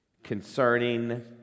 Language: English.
concerning